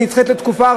היא נדחית לתקופה,